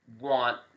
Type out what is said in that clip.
want